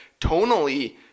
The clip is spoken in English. tonally